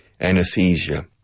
Anesthesia